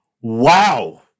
Wow